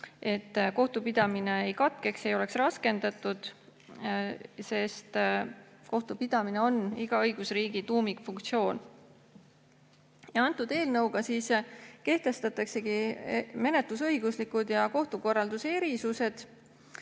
kohtupidamine ei katkeks ega oleks raskendatud, sest kohtupidamine on iga õigusriigi tuumikfunktsioon. Eelnõuga kehtestataksegi menetlusõiguslikud ja kohtukorralduse erisused,